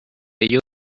ello